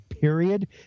period